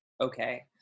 okay